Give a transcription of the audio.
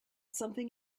something